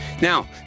Now